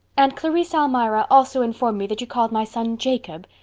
and clarice almira also informed me that you call my son jacob.